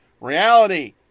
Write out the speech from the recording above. Reality